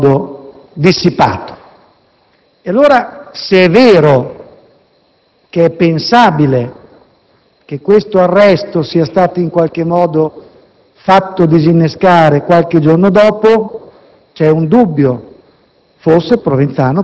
in alcun modo dissipato. Se allora è pensabile che quell'arresto sia stato in qualche modo fatto disinnescare qualche giorno dopo, rimane un dubbio: